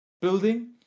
building